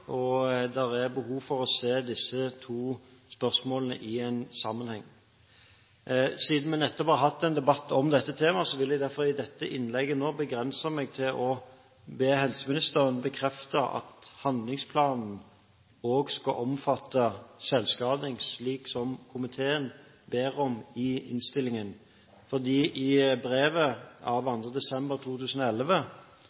og det er behov for å se disse to spørsmålene i en sammenheng. Siden vi nettopp har hatt en debatt om dette temaet, vil jeg derfor i dette innlegget begrense meg til å be helseministeren bekrefte at handlingsplanen også skal omfatte selvskading, slik komiteen ber om i innstillingen. I brevet av